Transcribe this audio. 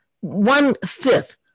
one-fifth